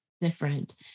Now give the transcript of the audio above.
Different